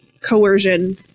coercion